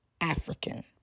African